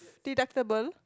deductible